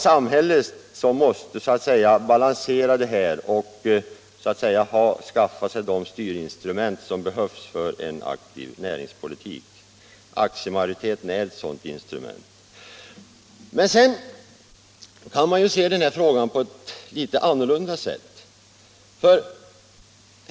Samhället måste då kunna balansera detta och skaffa sig de är ett sådant instrument. Tisdagen den Man kan se den här frågan på ett annorlunda sätt.